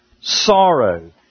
sorrow